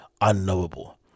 unknowable